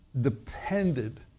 depended